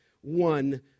one